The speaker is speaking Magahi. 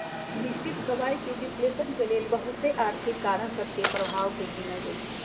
निश्चित कमाइके विश्लेषण के लेल बहुते आर्थिक कारण सभ के प्रभाव के गिनल जाइ छइ